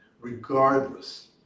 regardless